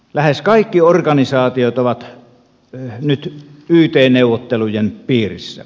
lähes kaikki organisaatiot ovat nyt yt neuvottelujen piirissä